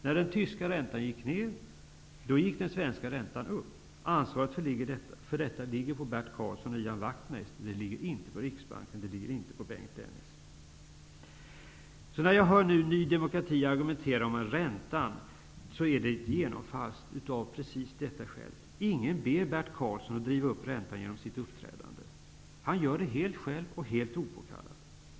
När den tyska räntan gick ner, då gick den svenska räntan upp. Ansvaret för detta ligger på Bert Karlsson och Ian Wachtmeister. Det ligger inte på Riksbanken och inte på Bengt Dennis. Så när jag nu hör Ny demokrati argumentera om räntan, är det genomfalskt, av precis detta skäl. Ingen ber Bert Karlsson att driva upp räntan genom sitt uppträdande. Han gör det helt själv och helt opåkallat.